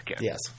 yes